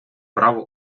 право